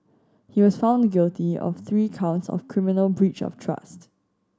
he was found guilty of three counts of criminal breach of trust